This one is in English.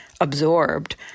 absorbed